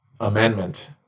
amendment